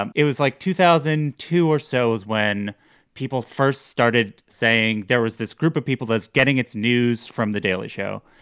um it was like two thousand and two or so is when people first started saying there was this group of people that's getting its news from the daily show.